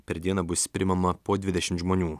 per dieną bus priimama po dvidešimt žmonių